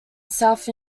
south